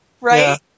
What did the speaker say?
Right